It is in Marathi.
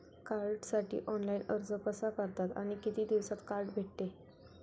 कार्डसाठी ऑनलाइन अर्ज कसा करतात आणि किती दिवसांत कार्ड भेटते?